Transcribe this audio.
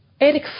Eric